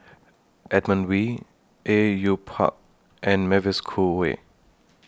Edmund Wee Au Yue Pak and Mavis Khoo Oei